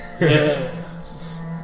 Yes